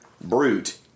brute